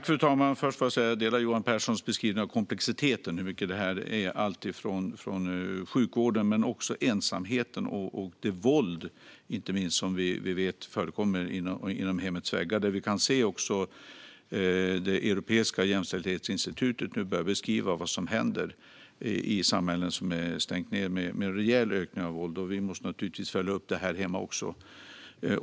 Fru talman! Jag delar Johan Pehrsons beskrivning av komplexiteten och hur mycket detta handlar om. Det handlar om sjukvården men också om ensamheten och inte minst det våld som vi vet förekommer inom hemmets väggar. Det europeiska jämställdhetsinstitutet börjar beskriva vad som händer i samhällen som har stängts ned med en rejäl ökning av våldet. Vi måste naturligtvis följa upp detta här hemma också.